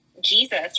jesus